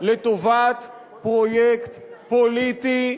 לטובת פרויקט פוליטי,